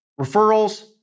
referrals